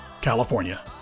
California